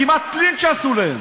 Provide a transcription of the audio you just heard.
כמעט לינץ' עשו להם,